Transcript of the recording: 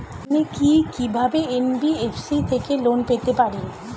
আমি কি কিভাবে এন.বি.এফ.সি থেকে লোন পেতে পারি?